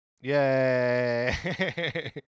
Yay